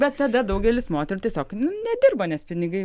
bet tada daugelis moterų tiesiog nedirba nes pinigai